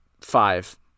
five